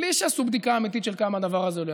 בלי שעשו בדיקה אמיתית כמה הדבר הזה עולה.